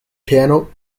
piano